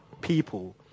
people